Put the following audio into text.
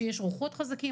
שיש רוחות חזקות,